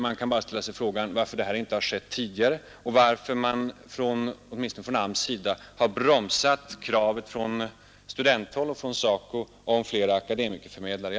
Man kan bara fråga sig varför det inte har skett tidigare och varför åtminstone AMS har bromsat kraven från studenthåll och från SACO om fler akademikerförmedlare.